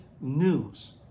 news